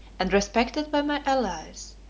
and respected by my allies.